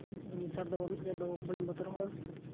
ᱟᱫᱚ ᱱᱮᱛᱟᱨ ᱫᱚ ᱩᱱᱟᱹᱜ ᱠᱟᱡᱟᱠ ᱫᱚ ᱵᱟᱹᱧ ᱵᱚᱛᱚᱨᱚᱜᱼᱟ